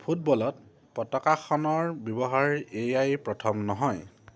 ফুটবলত পতাকাখনৰ ব্যৱহাৰ এয়াই প্ৰথম নহয়